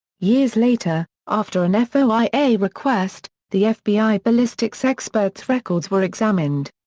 years later, after an foia request, the fbi ballistics expert's records were examined.